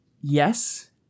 yes